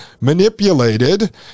manipulated